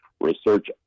research